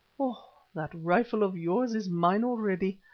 oh! that rifle of yours is mine already,